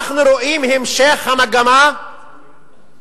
אנחנו רואים את המשך המגמה של